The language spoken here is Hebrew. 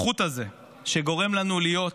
החוט הזה שגורם לנו להיות